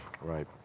Right